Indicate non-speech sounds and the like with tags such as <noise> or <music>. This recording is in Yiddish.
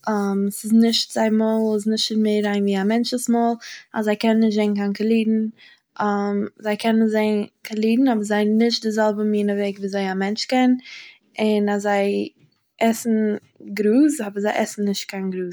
<hesitation> ס'איז נישט pauseזייער מויל איז נישט מער ריין ווי א מענטש'ס מויל, אז זיי קענען נישט זעהן קיין קאלירן <hesitation> זיי קענען זעהן קאלירן אבער זיי האבן <hesitation> נישט דער זעלבע מינע וועג ווי אזוי א מענטש קען, און אז זיי עסן גראז, אבער זיי עסן נישט קיין גראז.